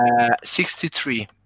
63